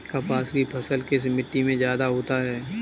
कपास की फसल किस मिट्टी में ज्यादा होता है?